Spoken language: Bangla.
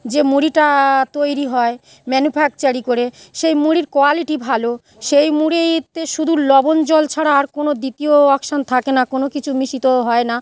যে মুড়িটা তৈরি হয় ম্যানুফ্যাকচারি করে সেই মুড়ির কোয়ালিটি ভালো সেই মুড়িতে শুধু লবণ জল ছাড়া আর কোনো দ্বিতীয় অকশন থাকে না কোনো কিছু মিশ্রিত হয় না